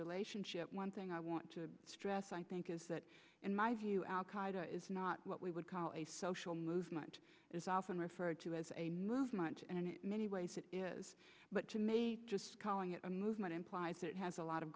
relationship one thing i want to stress i think is that in my view al qaeda is not what we would call a social movement is often referred to as a movement and in many ways it is but to me just calling it a movement implies it has a lot of